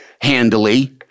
handily